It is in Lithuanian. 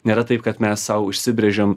nėra taip kad mes sau užsibrėžiam